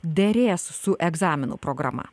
derės su egzaminų programa